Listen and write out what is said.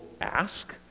ask